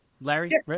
Larry